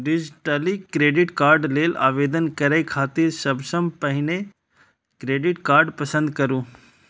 digitally credit card लेल आवेदन करै खातिर सबसं पहिने क्रेडिट कार्ड पसंद करू